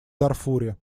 дарфуре